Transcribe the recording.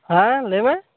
ᱦᱮᱸ ᱞᱟᱹᱭ ᱢᱮ